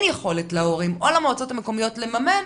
יכולת להורים או למועצות המקומיות לממן,